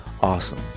awesome